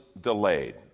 delayed